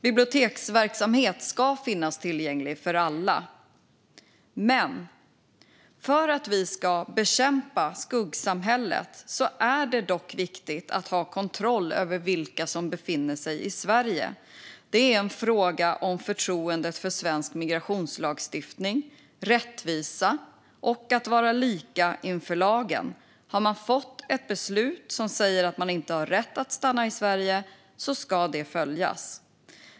Biblioteksverksamhet ska finnas tillgänglig för alla. För att vi ska bekämpa skuggsamhället är det dock viktigt att ha kontroll över vilka som befinner sig i Sverige. Det är en fråga om förtroendet för svensk migrationslagstiftning, rättvisa och att vara lika inför lagen. Har man fått ett beslut som säger att man inte har rätt att stanna i Sverige ska det följas.